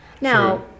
Now